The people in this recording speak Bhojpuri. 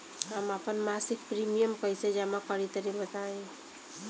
हम आपन मसिक प्रिमियम कइसे जमा करि तनि बताईं?